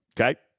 Okay